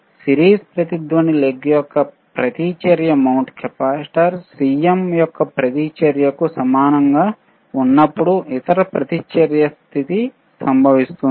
series resonant leg యొక్క ప్రతిచర్య mount capacitor Cm యొక్క ప్రతిచర్యకు సమానం గా ఉన్నప్పుడు ఇతర ప్రతిచర్య స్థితి సంభవిస్తుంది